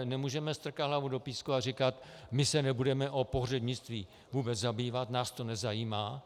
Nemůžeme strkat hlavu do písku a říkat: My se nebudeme o pohřebnictví vůbec zajímat, nás to nezajímá.